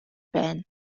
байна